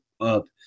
up